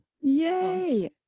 Yay